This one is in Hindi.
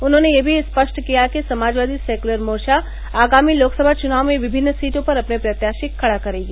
उन्होंने यह भी स्पष्ट किया कि समाजवादी सेक्युलर मोर्चा आगामी लोकसभा चुनाव में विभिन्न सीटों पर अपने प्रत्याशी खड़ा करेगी